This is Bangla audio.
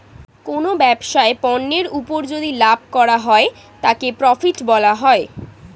কোনো ব্যবসায় পণ্যের উপর যদি লাভ হয় তাকে প্রফিট বলা হয়